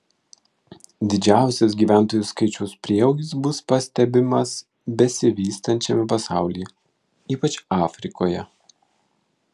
didžiausias gyventojų skaičiaus prieaugis bus pastebimas besivystančiame pasaulyje ypač afrikoje